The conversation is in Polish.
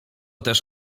też